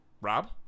Rob